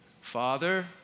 Father